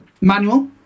Manual